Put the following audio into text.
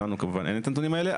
לנו כמובן אין את הנתונים האלה,